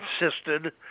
insisted